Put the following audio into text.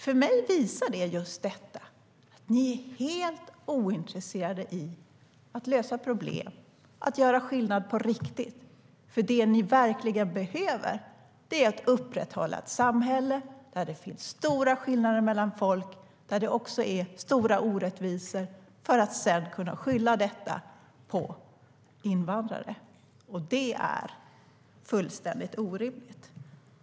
För mig visar det just detta: Ni är helt ointresserade av att lösa problem och göra skillnad på riktigt, för det ni verkligen behöver är att upprätthålla ett samhälle där det finns stora skillnader mellan folk och stora orättvisor för att sedan kunna skylla detta på invandrare. Det är fullständigt orimligt.